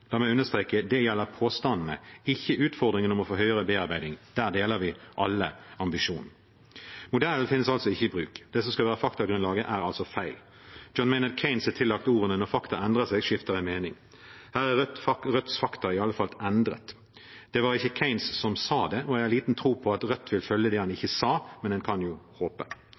La meg understreke: Det gjelder påstandene, ikke utfordringen om å få høyere grad av bearbeiding. Der deler vi alle ambisjonen. Modellen finnes altså ikke i bruk, og det som skal være faktagrunnlaget, er altså feil. John Maynard Keynes er tillagt ordene om at når fakta endrer seg, skifter man mening. Her er Rødts fakta i alle fall endret. Men det var ikke Keynes som sa det, og jeg har liten tro på at Rødt vil følge det han ikke sa. Men en kan jo håpe.